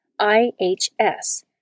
IHS